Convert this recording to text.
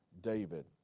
David